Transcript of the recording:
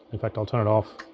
in fact, i'll turn it off.